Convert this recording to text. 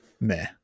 meh